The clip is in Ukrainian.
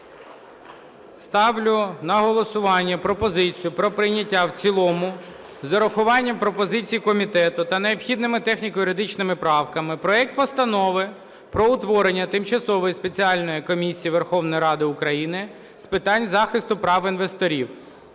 Ставлю на голосування пропозицію про прийняття в цілому з урахуванням пропозицій комітету та необхідними техніко-юридичними правками проект Постанови про утворення Тимчасової спеціальної комісії Верховної Ради України з питань захисту прав інвесторів